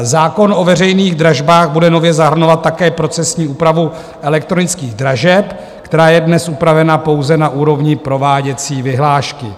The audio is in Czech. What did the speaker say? Zákon o veřejných dražbách bude nově zahrnovat také procesní úpravu elektronických dražeb, která je dnes upravena pouze na úrovni prováděcí vyhlášky.